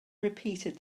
repeated